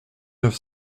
neuf